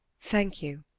thank you.